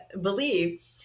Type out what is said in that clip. believe